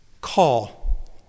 Call